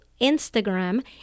Instagram